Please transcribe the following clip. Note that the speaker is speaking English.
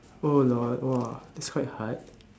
oh lol !wah! thats quite hard